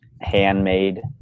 handmade